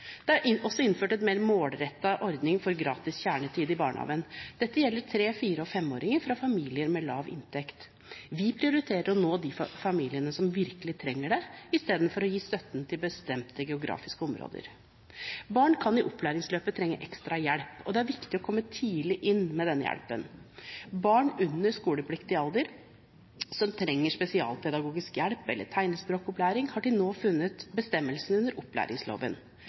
Det er også innført en mer målrettet ordning for gratis kjernetid i barnehagen. Dette gjelder tre-, fire- og femåringer fra familier med lav inntekt. Vi prioriterer å nå de familiene som virkelig trenger det, i stedet for å gi støtten til bestemte geografiske områder. Barn kan i opplæringsløpet trenge ekstra hjelp, og det er viktig å komme tidlig inn med denne hjelpen. Bestemmelsene om barn under skolepliktig alder som trenger spesialpedagogisk hjelp eller tegnspråkopplæring, har til nå befunnet seg under opplæringsloven.